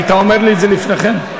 היית אומר לי את זה לפני כן.